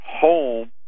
home